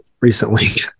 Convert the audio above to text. recently